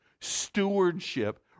stewardship